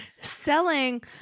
selling